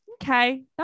okay